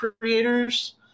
creators